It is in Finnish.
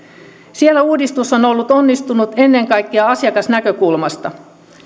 siellä uudistus on on ollut onnistunut ennen kaikkea asiakasnäkökulmasta